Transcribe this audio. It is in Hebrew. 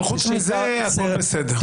אבל חוץ מזה הכול בסדר.